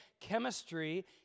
chemistry